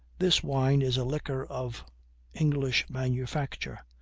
this wind is a liquor of english manufacture,